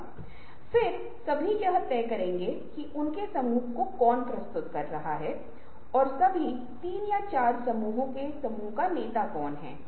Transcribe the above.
आखिरी चीज जो मैं आपके साथ कर रहा हूं वह जल्दी से एक और तरह की सोच पर स्पर्श करता है जो बहुत लोकप्रिय और सफल है